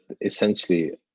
essentially